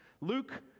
Luke